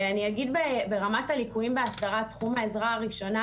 אני אגיד ברמת הליקויים בהסדרת תחום העזרה הראשונה